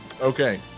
Okay